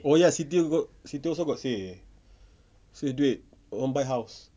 oh ya siti got siti also got say save duit want to buy house